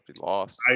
lost